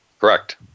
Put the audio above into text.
Correct